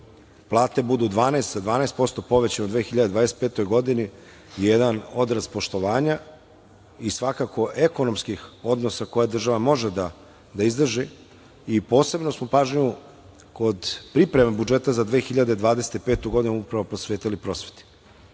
plate budu za 12% povećane u 2025. godini jedan odraz poštovanja i svakako ekonomskih odnosa koje država može da izdrži. Posebnu smo pažnju kod pripreme budžeta za 2025. godinu upravo posvetili prosveti.